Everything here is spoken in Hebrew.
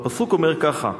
והפסוק אומר ככה: